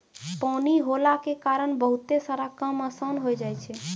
पानी होला के कारण बहुते सारा काम आसान होय जाय छै